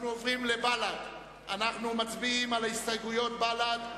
אנחנו עוברים להצבעה על ההסתייגויות של בל"ד.